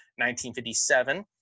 1957